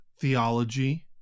theology